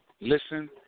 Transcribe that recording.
listen